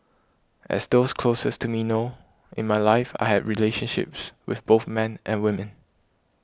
as those closest to me know in my life I have relationships with both men and women